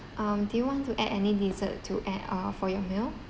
um do you want to add any dessert to add uh for your meal